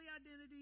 identity